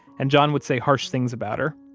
and john would say harsh things about her.